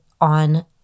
on